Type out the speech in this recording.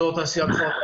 אזור תעשיה טירה,